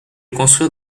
construire